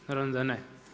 Naravno da ne.